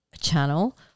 channel